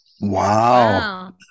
Wow